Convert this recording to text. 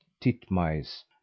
titmice